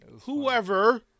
whoever